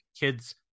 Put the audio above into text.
kids